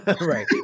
Right